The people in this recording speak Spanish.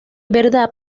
verdad